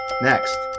Next